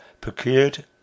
procured